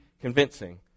convincing